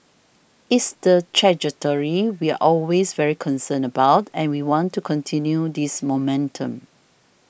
it's the trajectory we're always very concerned about and we want to continue this momentum